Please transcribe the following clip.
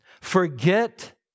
forget